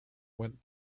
went